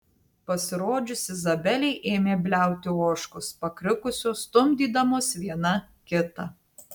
pasirodžius izabelei ėmė bliauti ožkos pakrikusios stumdydamos viena kitą